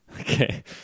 Okay